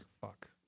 Fuck